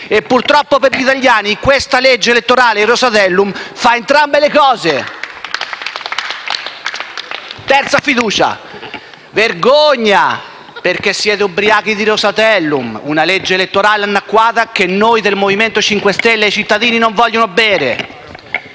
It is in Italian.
e, purtroppo per gli italiani, questa legge truffa, il Rosatellum, fa entrambe le cose. *(Applausi dal Gruppo M5S)*. Terza fiducia. Vergogna perché siete ubriachi di Rosatellum, una legge elettorale annacquata che noi del Movimento 5 Stelle e i cittadini non vogliamo bere!